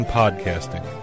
podcasting